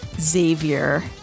Xavier